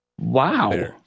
Wow